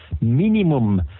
minimum